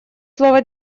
слово